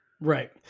Right